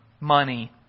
money